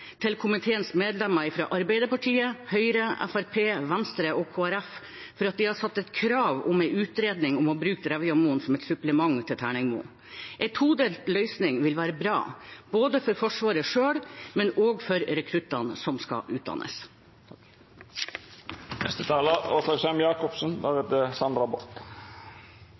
til komiteens medlemmer fra Arbeiderpartiet, Høyre, Fremskrittspartiet, Venstre og Kristelig Folkeparti for at de har satt krav om en utredning om å bruke Drevjamoen som et supplement til Terningmoen. En todelt løsning vil være bra, både for Forsvaret selv og for rekruttene som skal utdannes.